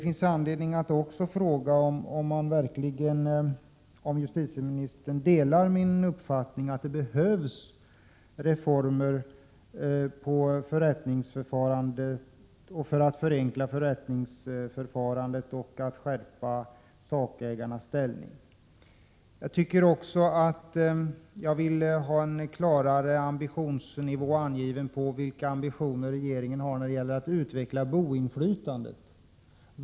Likaså vill jag fråga om justitieministern delar min uppfattning att det behövs reformer när det gäller att förenkla förrättningsförfarandet och att skärpa sakägarnas ställning. Jag vill att regeringen skall ange en klarare ambitionsnivå i fråga om utvecklingen av boendeinflytandet.